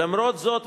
למרות זאת,